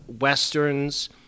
westerns